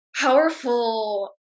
powerful